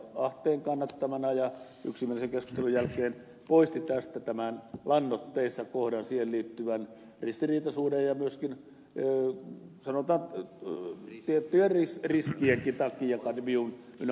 ahteen kannattamana ja yksimielisen keskustelun jälkeen poisti tästä tämän lannoitteissa kohdan siihen liittyvän ristiriitaisuuden ja myöskin sanotaan tiettyjen riskienkin takia kadmiumin ynnä muuta